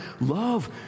love